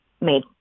made